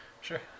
Sure